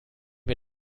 wir